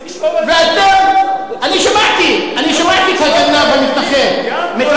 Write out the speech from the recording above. אני שמעתי קודם מתנחל מתראיין ב"גלי צה"ל",